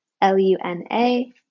L-U-N-A